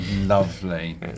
lovely